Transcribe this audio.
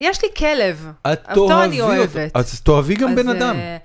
יש לי כלב, אותו אני אוהבת. אז תאהבי גם בן אדם.